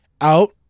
out